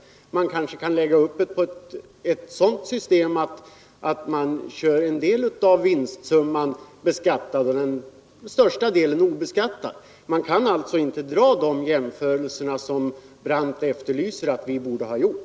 Man kan måhända lägga upp ett sådant system att en del av vinstsumman blir beskattad men största delen blir obeskattad. Det går alltså inte att göra de jämförelser som herr Brandt anser att vi borde ha gjort.